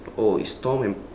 oh it's tom and